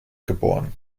geboren